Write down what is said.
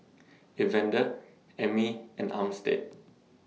Evander Emmie and Armstead